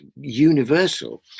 universal